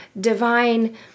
divine